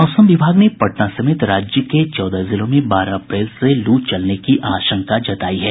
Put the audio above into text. मौसम विभाग ने पटना समेत राज्य के चौदह जिलों में बारह अप्रैल से लू चलने की आशंका जतायी है